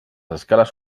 escales